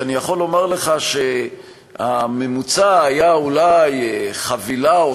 ואני יכול לומר לך שהממוצע היה אולי חבילה או